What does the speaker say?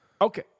Okay